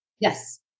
Yes